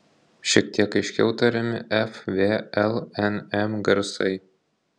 šiek tiek aiškiau tariami f v l n m garsai